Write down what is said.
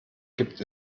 gibt